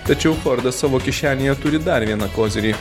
tačiau fordas savo kišenėje turi dar vieną kozirį